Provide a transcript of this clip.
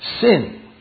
Sin